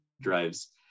drives